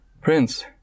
Prince